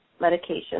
medication